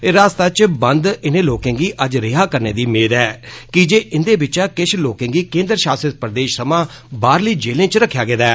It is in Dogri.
हिरासता इच बंद इनें लोकें गी अज्ज रिहा करने दी मेद ऐ कीजे इंदे बिच्चा किश लोकें गी केन्द्र शासित प्रदेश थमां बाहरली जेलें इच रक्खेआ गेदा ऐ